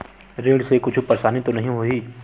ऋण से कुछु परेशानी तो नहीं होही?